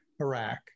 Iraq